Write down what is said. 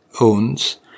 owns